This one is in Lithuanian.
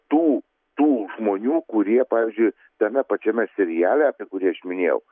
tų tų žmonių kurie pavyzdžiui tame pačiame seriale apie kurį aš minėjau